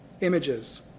images